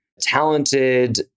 talented